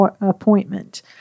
appointment